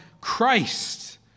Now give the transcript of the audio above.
christ